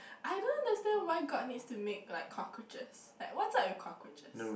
what's the most ridiculous I don't understand why god needs to make like cockroaches like what's up with cockroaches